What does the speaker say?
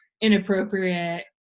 inappropriate